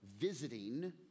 visiting